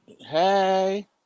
Hey